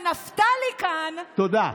שנפתלי כאן, תודה.